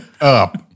up